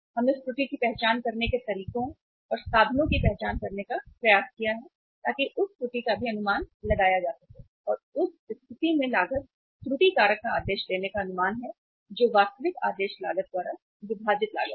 हमने उस त्रुटि की पहचान करने के तरीकों और साधनों की पहचान करने का प्रयास किया है ताकि उस त्रुटि का भी अनुमान लगाया जा सके और उस स्थिति में लागत त्रुटि कारक का आदेश देने का अनुमान है जो वास्तविक आदेश लागत द्वारा विभाजित लागत है